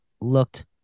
looked